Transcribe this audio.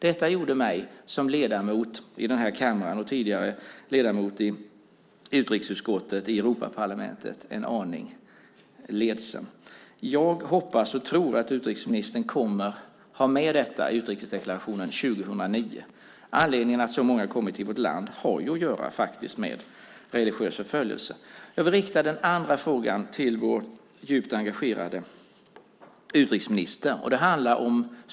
Detta gjorde mig som ledamot i kammaren och tidigare ledamot i utrikesutskottet i Europaparlamentet en aning ledsen. Jag hoppas och tror att utrikesministern kommer att ha med detta i utrikesdeklarationen 2009. Att så många har kommit till vårt land har att göra med religiös förföljelse. Jag vill rikta den andra frågan till vår djupt engagerade utrikesminister.